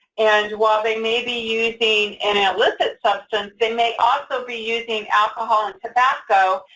and while they may be using an illicit substance, they may also be using alcohol and tobacco.